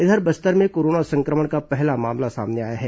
इधर बस्तर संभाग में कोरोना संक्रमण का पहला मामला सामने आया है